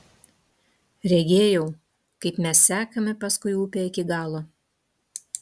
regėjau kaip mes sekame paskui upę iki galo